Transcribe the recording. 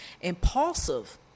Impulsive